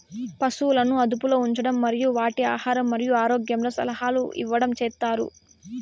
పసువులను అదుపులో ఉంచడం మరియు వాటి ఆహారం మరియు ఆరోగ్యంలో సలహాలు ఇవ్వడం చేత్తారు